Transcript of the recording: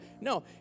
no